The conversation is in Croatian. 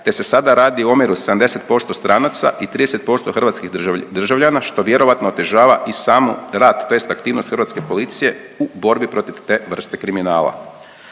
te se sada radi o omjeru 70% stranaca i 30% hrvatskih državljana što vjerojatno otežava i sam rad tj. aktivnost hrvatske policije u borbi protiv te vrste kriminala.